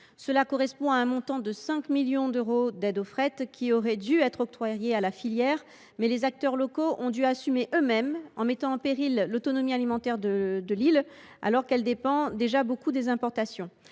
qui correspond à un montant de 5 millions d’euros d’aide au fret qui aurait dû être octroyé à la filière, mais que les acteurs locaux ont dû assumer eux mêmes, met en péril l’autonomie alimentaire de l’île, alors qu’elle dépend déjà beaucoup des importations.